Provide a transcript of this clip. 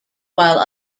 while